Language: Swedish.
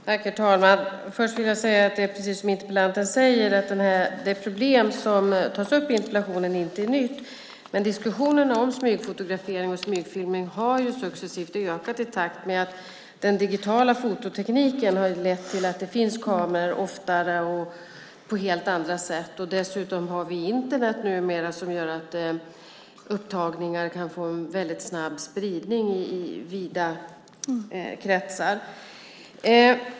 Herr talman! Först vill jag säga att det är precis som interpellanten säger: Problemet som tas upp i interpellationen är inte nytt. Men diskussionen om smygfotografering och smygfilmning har successivt ökat i takt med att den digitala fototekniken har lett till att kameror oftare förekommer och på helt andra sätt. Dessutom har vi numera Internet som gör att upptagningar kan få en väldigt snabb spridning i vida kretsar.